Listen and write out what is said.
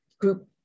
group